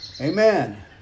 Amen